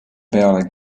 peale